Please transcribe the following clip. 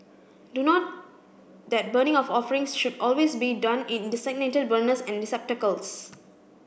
do not that burning of offerings should always be done in designated burners and receptacles